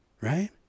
Right